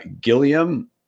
Gilliam